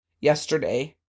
yesterday